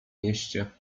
mieście